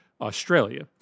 Australia